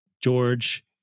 George